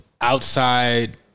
outside